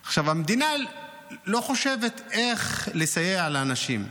עכשיו, המדינה לא חושבת איך לסייע לאנשים,